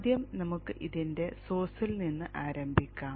ആദ്യം നമുക്ക് ഇതിൻറെ സോഴ്സിൽ നിന്ന് ആരംഭിക്കാം